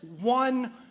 one